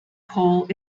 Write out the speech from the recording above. cole